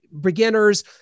beginners